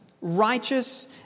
Righteous